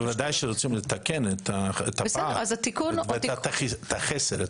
בוודאי שרוצים לתקן את הפער, את החסר.